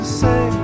say